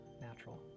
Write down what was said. natural